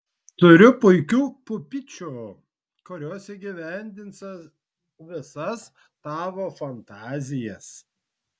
turiu puikių pupyčių kurios įgyvendins visas tavo fantazijas